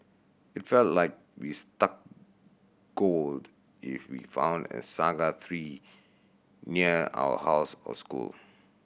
it felt like we struck gold if we found a saga tree near our house or school